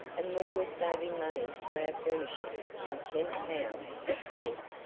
and we were saving money for our furnishing and ten pounds, of course,